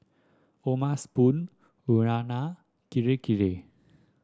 O'ma Spoon Urana Kirei Kirei